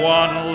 one